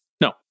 No